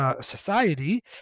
Society